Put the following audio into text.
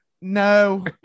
No